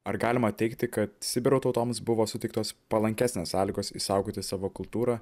ar galima teigti kad sibiro tautoms buvo suteiktos palankesnės sąlygos išsaugoti savo kultūrą